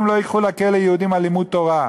לא ייקחו לכלא יהודים על לימוד תורה.